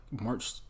March